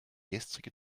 gestrige